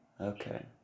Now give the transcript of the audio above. okay